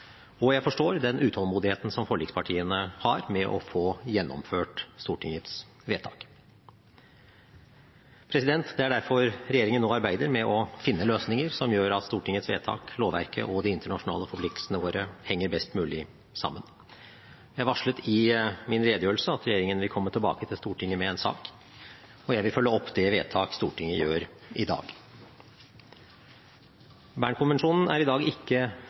Og jeg forstår den utålmodigheten som forlikspartiene har med å få gjennomført Stortingets vedtak. Det er derfor regjeringen nå arbeider med å finne løsninger som gjør at Stortingets vedtak, lovverket og de internasjonale forpliktelsene våre henger best mulig sammen. Jeg varslet i min redegjørelse at regjeringen vil komme tilbake til Stortinget med en sak, og jeg vil følge opp det vedtaket Stortinget gjør i dag. Bern-konvensjonen er i dag ikke